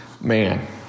man